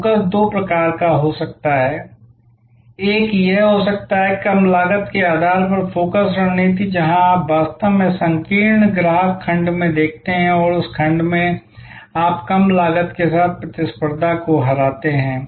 focus दो प्रकार का हो सकता है एक यह हो सकता है कि कम लागत के आधार पर फोकस रणनीति जहां आप वास्तव में संकीर्ण ग्राहक खंड में देखते हैं और उस खंड में आप कम लागत के साथ प्रतिस्पर्धा को हराते हैं